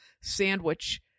sandwich